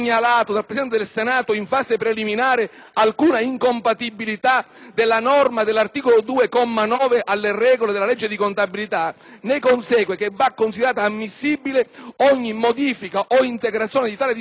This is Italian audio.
alcuna incompatibilità della norma dell'articolo 2, comma 9, con le regole della legge di contabilità, ne consegue che va considerata ammissibile ogni modifica o integrazione di tale disposizione con emendamenti, anche aggiuntivi.